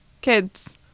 kids